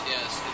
Yes